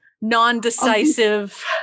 non-decisive